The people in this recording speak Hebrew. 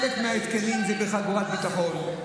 בחלק מההתקנים זה בחגורת ביטחון,